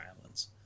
islands